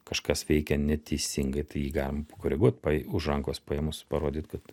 kažkas veikia neteisingai tai jį galima pakoreguot pa už rankos paėmus parodyt kad